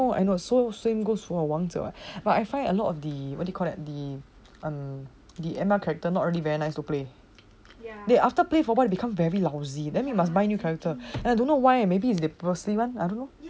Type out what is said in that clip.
I know got same goes for wangzhe [what] but I find a lot of the what do you call that the err the M_L character not really very nice to play they after play for a while become very lousy then must buy new character and I don't know why maybe is the policy I don't know